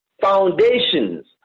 foundations